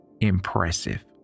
impressive